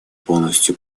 полностью